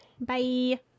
Bye